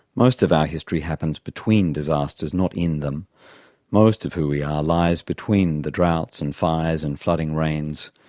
most of our history happens between disasters, not in them most of who we are lies between the droughts, and fires and flooding rains.